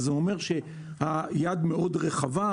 וזה אומר שהיד מאוד רחבה.